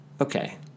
Okay